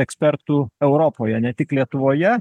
ekspertų europoje ne tik lietuvoje